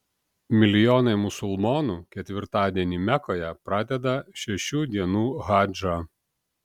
milijonai musulmonų ketvirtadienį mekoje pradeda šešių dienų hadžą